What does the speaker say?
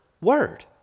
word